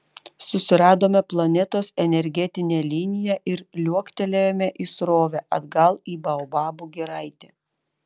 susiradome planetos energetinę liniją ir liuoktelėjome į srovę atgal į baobabų giraitę